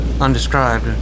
undescribed